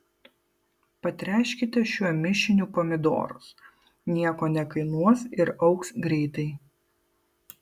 patręškite šiuo mišiniu pomidorus nieko nekainuos ir augs greitai